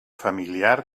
familiar